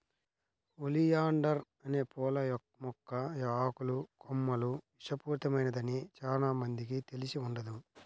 oleander అనే పూల మొక్క ఆకులు, కొమ్మలు విషపూరితమైనదని చానా మందికి తెలిసి ఉండదు